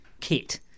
kit